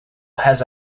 has